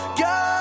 go